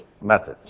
methods